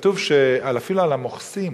כתוב אפילו על המוכסים,